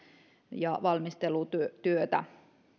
ja valmistelutyötä